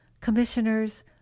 commissioners